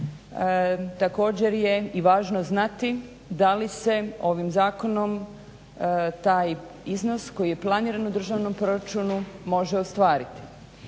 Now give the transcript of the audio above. također je i važno znati da li se i ovim zakonom taj iznos koji je planiran u državnom proračunu može ostvariti.